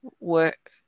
work